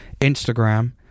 Instagram